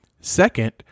Second